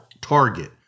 Target